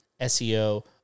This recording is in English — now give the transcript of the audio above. SEO